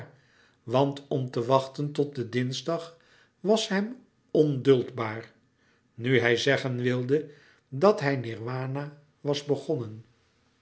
want om te wachten tot den dinsdag was hem onduldbaar nu hij zeggen wilde dat hij nirwana was begonnen